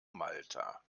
malta